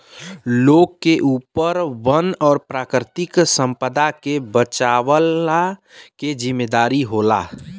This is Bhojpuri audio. लोग के ऊपर वन और प्राकृतिक संपदा के बचवला के जिम्मेदारी होला